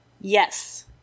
Yes